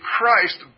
Christ